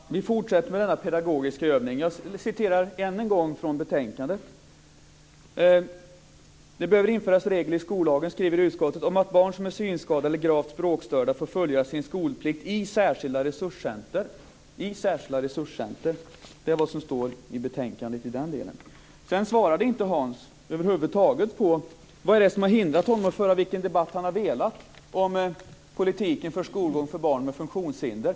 Herr talman! Vi fortsätter den pedagogiska övningen. Ännu en gång ska jag återge vad som står i betänkandet: Det behöver införas regler i skollagen om att barn som är synskadade eller gravt språkstörda får följa sin skolplikt i särskilda resurscenter. Det är vad som står i betänkandet i den delen. Hans Karlsson svarade över huvud taget inte på frågan om vad det är som har hindrat honom att föra vilken debatt han vill när det gäller politiken för skolgång för barn med funktionshinder.